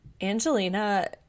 Angelina